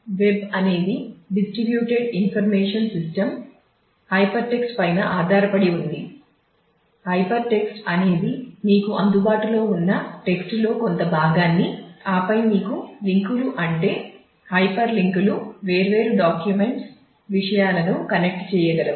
web అనేది distributed information system చేయగలవు